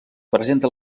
presenta